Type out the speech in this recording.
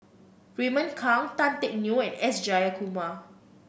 Raymond Kang Tan Teck Neo and S Jayakumar